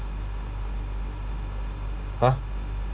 !huh!